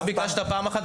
לא ביקשת פעם אחת.